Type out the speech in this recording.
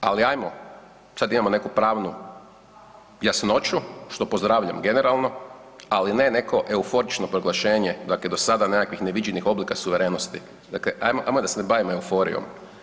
Ali ajmo, sada imamo neku pravnu jasnoću što pozdravljam generalno, ali ne neko euforično proglašenje do sada nekakvih neviđenih oblika suverenosti, dakle ajmo da se ne bavimo euforijom.